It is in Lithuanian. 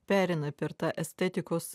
pereina per tą estetikos